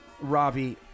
Ravi